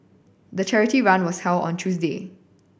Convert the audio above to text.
the charity run was held on Tuesday